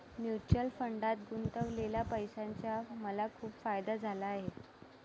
mutual फंडात गुंतवलेल्या पैशाचा मला खूप फायदा झाला आहे